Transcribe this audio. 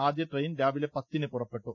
ആദ്യ ട്രെയിൻ രാവിലെ പത്തിന് പുറപ്പെട്ടു